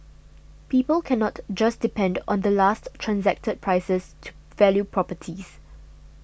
people cannot just depend on the last transacted prices to value properties